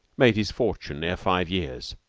made his fortune ere five years.